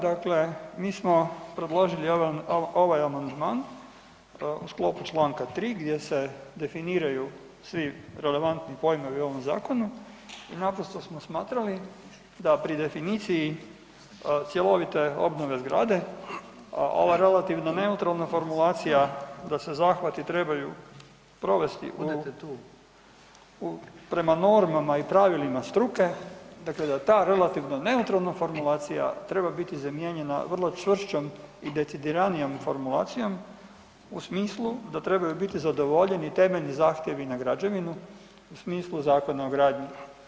Dakle, mi smo predložili ovaj amandman u sklopu Članka 3. gdje se definiraju svi relevantni pojmovi u ovom zakonu i naprosto smo smatrali da pri definiciji cjelovite obnove zgrade ova relativno neutralna formulacija da se zahvati trebaju provesti u prema normama i pravilima struke, dakle da ta relativna neutralna formulacija treba biti zamijenjena vrlo čvršćom i decidiranijom formulacijom u smislu da trebaju biti zadovoljeni temeljni zahtjevi na građevinu u smislu Zakona o gradnji.